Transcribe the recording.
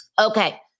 Okay